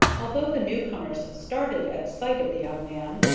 although the new-comers started at sight of the young man,